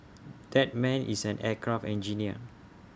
that man is an aircraft engineer